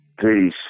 peace